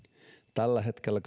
tällä hetkellä